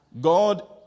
God